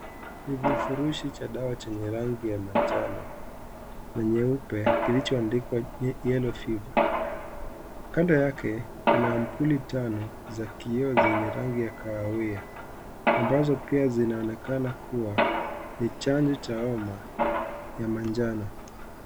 Ni vifurushi cha dawa chenye rangi ya manjano na nyeupe kilichoandikwa Yellow Fever. Kando yake kuna mpuli tano za kioo zenye rangi ya kahawia ambazo pia zinaonekana kuwa ni chanjo cha homa ya manjano.